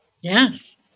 Yes